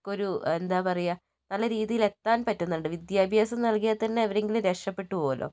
ക്കൊരു എന്താ പറയുക നല്ല രീതിയിൽ എത്താൻ പറ്റുന്നുണ്ട് വിദ്യാഭ്യാസം നൽകിയാൽ തന്നേ അവരെങ്കിലും രക്ഷപ്പെട്ടു പോകുമല്ലോ